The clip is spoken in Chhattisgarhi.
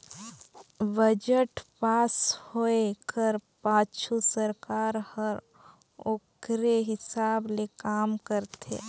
बजट पास होए कर पाछू सरकार हर ओकरे हिसाब ले काम करथे